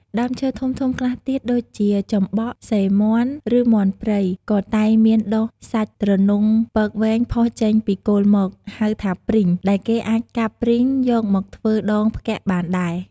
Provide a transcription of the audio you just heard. ដើមឈើធំៗខ្លះទៀត ដូចជាចំបក់ សេមាន់ ឬមាន់ព្រៃ ក៏តែងមានដុះសាច់ទ្រនុងពកវែងផុសចេញពីគល់មក ហៅថាព្រីង ដែលគេអាចកាប់ព្រីងយកមកធ្វើដងផ្គាក់បានដែរ ។